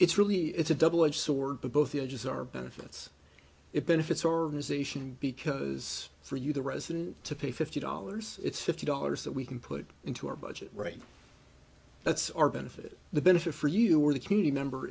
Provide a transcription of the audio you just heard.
it's really it's a double edge sword to both edges are benefits it benefits organization because for you the resident to pay fifty dollars it's fifty dollars that we can put into our budget right that's our benefit the benefit for you or the team member